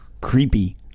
creepy